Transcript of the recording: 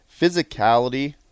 Physicality